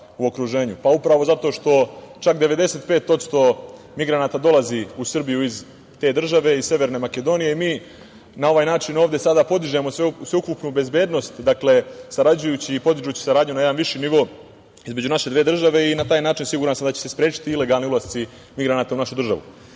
okruženju. Upravo zato što čak 95% migranata dolazi u Srbiju iz te države, iz Severne Makedonije i mi na ovaj način ovde sada podižemo sveukupnu bezbednost sarađujući i podižući saradnju na jedan viši nivo između naše dve države i na taj način siguran sam da će se sprečiti ilegalni ulasci migranata u našu državu. Takođe,